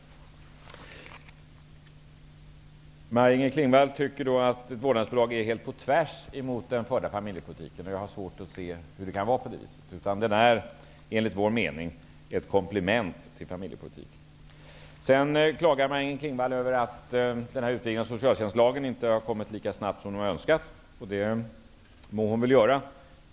Maj-Inger Klingvall anser att vårdnadsbidrag är helt på tvärs mot den förda familjepolitiken. Jag har svårt att se hur det kan vara på det viset. Enligt vår mening är vårdnadsbidraget ett komplement till familjepolitiken. Vidare klagade Maj-Inger Klingvall över att utredningen av socialtjänstlagen inte är färdig lika snabbt som hon hade önskat. Det må väl Maj-Inger Klingvall göra.